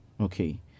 Okay